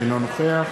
אינו נוכח